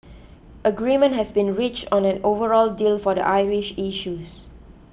agreement has been reached on an overall deal for the Irish issues